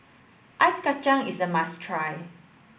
ice Kachang is a must try